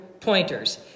pointers